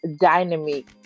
dynamic